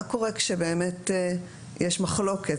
מה קורה כשבאמת יש מחלוקת?